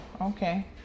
okay